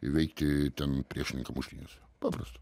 įveikti ten priešininką muštynėse paprasta